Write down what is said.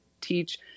teach